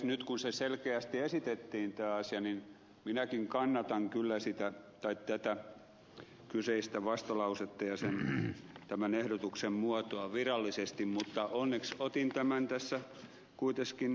nyt kun selkeästi esitettiin tämä asia niin minäkin kannatan kyllä tätä kyseistä vastalausetta ja tämän ehdotuksen muotoa virallisesti mutta onneksi otin tämän tässä kuitenkin ed